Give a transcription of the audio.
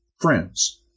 friends